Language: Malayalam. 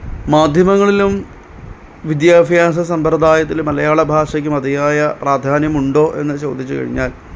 മാധ്യമങ്ങളിലും വിദ്യാഭ്യാസം സമ്പ്രദായത്തിലും മലയാള ഭാഷയ്ക്ക് മതിയായ പ്രാധാന്യമുണ്ടോ എന്ന് ചോദിച്ചു കഴിഞ്ഞാല്